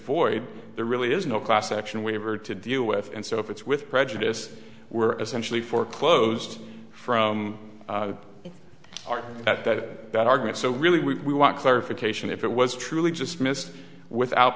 void there really is no class action waiver to deal with and so if it's with prejudice we're essentially foreclosed from our at that that argument so really we want clarification if it was truly just missed without